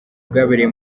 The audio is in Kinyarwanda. bwabereye